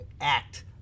act